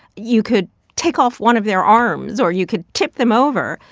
you could take off one of their arms or you could tip them over,